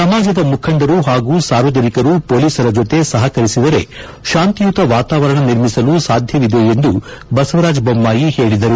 ಸಮಾಜದ ಮುಖಂಡರು ಹಾಗೂ ಸಾರ್ವಜನಿಕರು ಪೊಲೀಸರ ಜತೆ ಸಹಕರಿಸಿದರೆ ಶಾಂತಿಯುತ ವಾತಾವರಣ ನಿರ್ಮಿಸಲು ಸಾಧ್ಯವಿದೆ ಎಂದು ಬಸವರಾಜ ದೊಮ್ನಾಯಿ ಹೇಳಿದರು